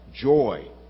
joy